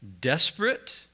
desperate